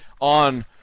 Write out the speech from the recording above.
on